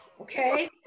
Okay